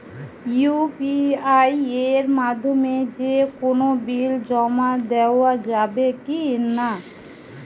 UPI এর মাধ্যমে যে কোনো বিল জমা দেওয়া যাবে কি না?